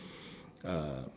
uh